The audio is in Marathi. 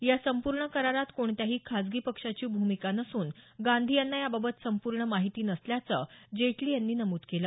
या संपूर्ण करारात कोणत्याही खासगी पक्षाची भूमिका नसून गांधी यांना याबाबत संपूर्ण माहिती नसल्याचं जेटली यांनी नमूद केलं